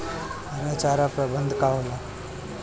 हरा चारा प्रबंधन का होला?